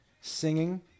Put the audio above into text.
singing